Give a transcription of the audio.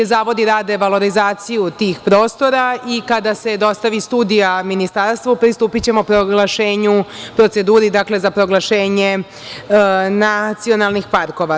Zavodi rade valorizaciju tih prostora i kada se dostavi studija Ministarstvu pristupićemo proglašenju proceduri, dakle za proglašenje nacionalnih parkova.